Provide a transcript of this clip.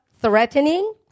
threatening